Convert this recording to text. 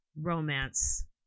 romance